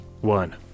one